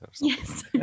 Yes